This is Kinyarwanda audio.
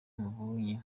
mubonye